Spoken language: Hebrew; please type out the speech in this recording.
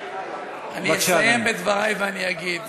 אני אסיים את דברי ואני אגיד: